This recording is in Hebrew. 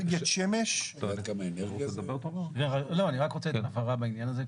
רק רוצה הבהרה בעניין הזה,